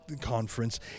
conference